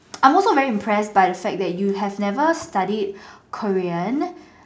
I'm also very impressed by the fact that you have never studied Korean